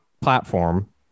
platform